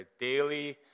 daily